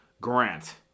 Grant